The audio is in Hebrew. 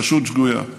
פשוט שגויה.